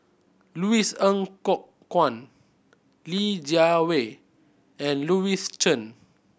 Louis Ng Kok Kwang Li Jiawei and Louis Chen